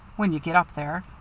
when you get up there.